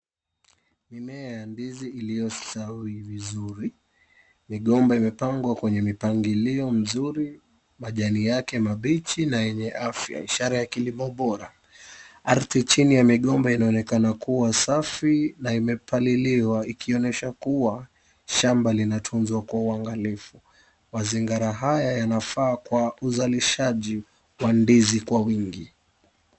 Mimea ya ndizi iliyostawi vizuri, migomba imepangwa kwenye mipangilio mzuri majani yake mabichi na yenye afya ishara ya kilimo bora. Ardhi chini ya migomba inaonekana kuwa safi na imepaliliwa ikionyesha kuwa shamba linatunzwa kwa uangalifu. Mazingara haya yanafaa kwa uzalishaji wa ndizi kwa wingi.